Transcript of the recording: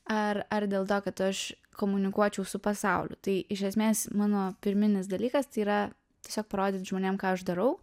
ar ar dėl to kad aš komunikuočiau su pasauliu tai iš esmės mano pirminis dalykas yra tiesiog parodyt žmonėm ką aš darau